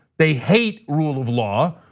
they hate rules of law,